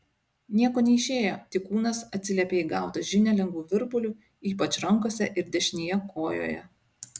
nieko neišėjo tik kūnas atsiliepė į gautą žinią lengvu virpuliu ypač rankose ir dešinėje kojoje